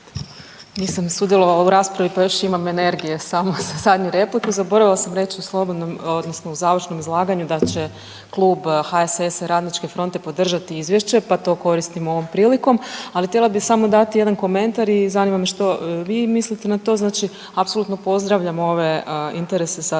Nisam sudjelovala u raspravi, ali još imam energiju samo za zadnju repliku, zaboravila sam reći u slobodnom odnosno u završnom izlaganju da će klub HSS-a i Radničke fronte podržati izvješće pa to koristim ovom prilikom, ali htjela bi samo dati jedan komentar i zanima me što vi mislite na to, znači, apsolutno pozdravljamo ove interese za